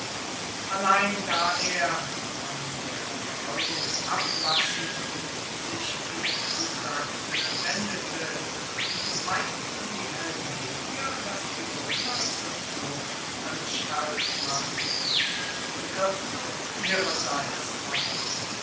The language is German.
allein da er von der verfolgung ablassend sich gegen bibracte wendete meinten die helvetier daß die römer zur flucht anstalt machten und griffen nun ihrerseits an